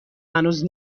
هنوز